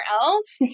else